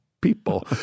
people